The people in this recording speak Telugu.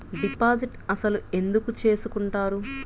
డిపాజిట్ అసలు ఎందుకు చేసుకుంటారు?